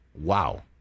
Wow